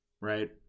Right